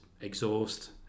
exhaust